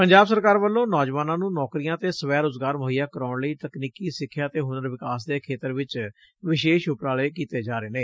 ਪੰਜਬ ਸਰਕਾਰ ਵਲੋਂ ਨੌਜਵਾਨਾਂ ਨੂੰ ਨੌਕਰੀਆਂ ਅਤੇ ਸਵੈ ਰੋਜ਼ਗਾਰ ਮੁਹੱਈਆ ਕਰਵਾਉਣ ਲਈ ਤਕਨੀਕੀ ਸਿੱਖਿਆ ਅਤੇ ਹੁਨਰ ਵਿਕਾਸ ਦੇ ਖੇਤਰ ਵਿਚ ਵਿਸੇਸ਼ ਉਪਰਾਲੇ ਕੀਤੇ ਜਾ ਰਹੇ ਨੇ